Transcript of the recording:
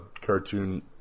cartoon